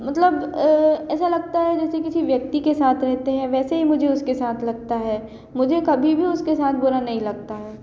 मतलब लगता है जैसे किसी व्यक्ति के साथ रहते हैं वैसे ही मुझे उसके साथ लगता है मुझे कभी भी उसके साथ बुरा नहीं लगता है